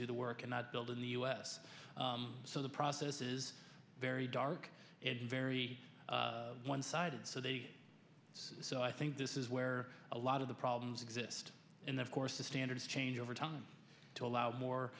do the work and not build in the u s so the process is very dark and very one sided so they so i think this is where a lot of the problems exist in the course the standards change over time to allow more